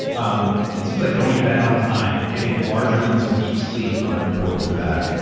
um it seems like going to bed on time, getting large amounts of deep sleep are important for that.